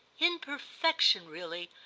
in perfection, really,